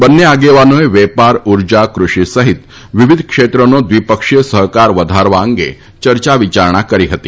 બન્નાઆગલ્રાનોએ વલ ાર ઉર્જા ક્રષિ સહિત વિવિધ ક્ષવ્વનો દ્વિ ક્ષીય સહકાર વધારવા અંગ યર્યાવિયારણા કરી હતી